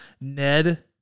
Ned